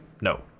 No